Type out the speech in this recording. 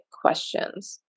questions